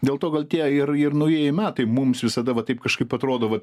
dėl to gal tie ir ir naujieji metai mums visada vat taip kažkaip atrodo vat